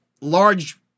large